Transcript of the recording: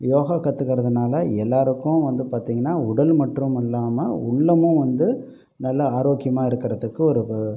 யோகா கற்றுக்கறதுனால எல்லோருக்கும் வந்து பார்த்திங்கன்னா உடல் மற்றும் இல்லாமல் உள்ளமும் வந்து நல்ல ஆரோக்கியமாக இருக்கிறதுக்கு ஒரு